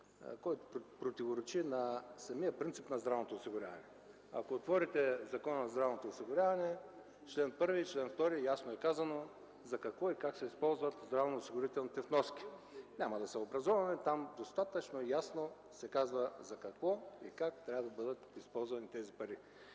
и противоречи на принципа на здравното осигуряване. Ако отворите Закона за здравното осигуряване, в чл. 1 и чл. 2 ясно е казано за какво и как се използват здравноосигурителните вноски. Няма да се образоваме, там достатъчно ясно се казва за какво и как трябва да бъдат използвани тези пари.